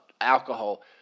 alcohol